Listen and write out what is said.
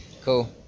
Cool